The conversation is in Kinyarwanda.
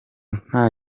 nta